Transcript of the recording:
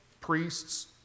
priests